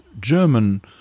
German